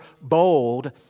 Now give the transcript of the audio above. bold